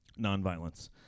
nonviolence